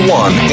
one